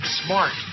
smart